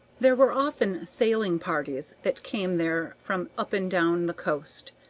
there were often sailing-parties that came there from up and down the coast.